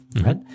right